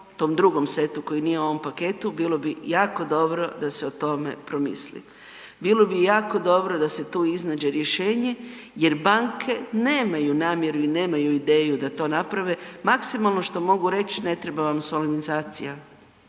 tom drugom setu koji nije u ovom paketu bilo bi jako dobro da se o tome promisli. Bilo bi jako dobro da se tu iznađe rješenje jer banke nemaju namjeru i nemaju ideju da to naprave, maksimalno što mogu reći ne treba vam solemnizacija,